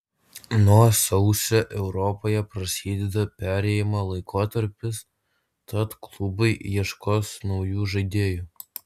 nuo sausio europoje prasideda perėjimo laikotarpis tad klubai ieškos naujų žaidėjų